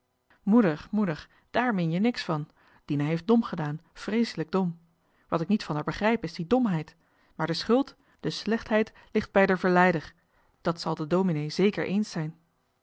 moeder dààr meen je niks van dina heeft dom gedaan vrééselijk dom wat ik niet van er begrijp is die domheid maar de schuld de slechtheid ligt bij d'er verleider dat zal de dominee zéker eens zijn